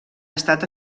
estat